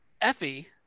Effie